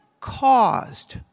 caused